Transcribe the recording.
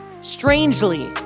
Strangely